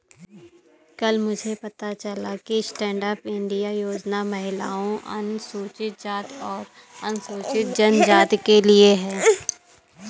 कल मुझे पता चला कि स्टैंडअप इंडिया योजना महिलाओं, अनुसूचित जाति और अनुसूचित जनजाति के लिए है